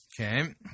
Okay